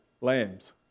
lambs